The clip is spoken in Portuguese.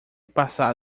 passar